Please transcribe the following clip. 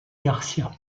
garcia